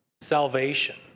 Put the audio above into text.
Salvation